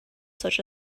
such